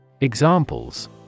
Examples